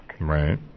Right